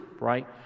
right